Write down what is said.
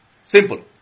simple